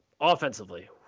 offensively